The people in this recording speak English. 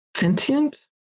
sentient